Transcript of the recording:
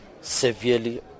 severely